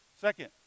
Second